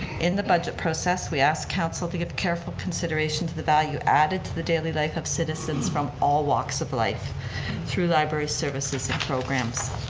in the budget process, we ask council to give careful consideration to the value added to the daily life of citizens from all walks of life through library services and programs.